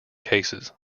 cases